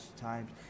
times